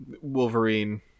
Wolverine